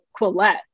Quillette